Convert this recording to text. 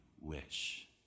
wish